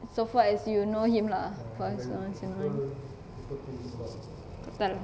so far as you know him lah once in a while tu time